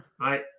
right